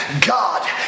God